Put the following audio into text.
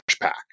pack